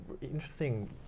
interesting